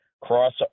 cross